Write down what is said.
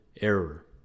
error